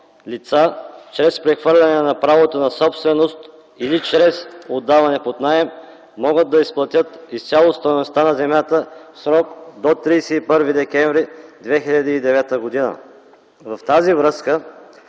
лица чрез прехвърляне на правото на собственост или чрез отдаване под наем, могат да изплатят изцяло стойността на земята в срок до 31 декември 2009 г. Във връзка